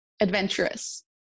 adventurous